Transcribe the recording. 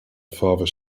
father